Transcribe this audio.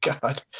God